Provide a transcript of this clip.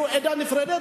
נהיה עדה נפרדת,